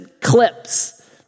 clips